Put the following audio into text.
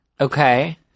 Okay